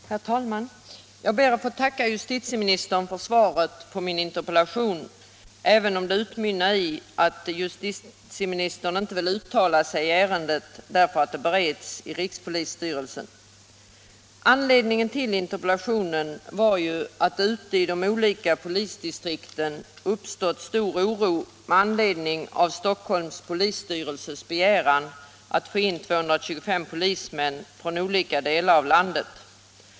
Herr talman! Jag ber att få tacka justitieministern för svaret på min interpellation — även om det utmynnade i att justitieministern inte vill uttala sig i ärendet därför att det bereds i rikspolisstyrelsen. Anledningen till interpellationen var att det ute i de olika polisdistrikten uppstått stor oro med anledning av Stockholms polisstyrelses begäran att få in 225 polismän från olika delar av landet.